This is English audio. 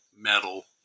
metal